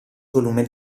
volume